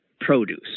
produce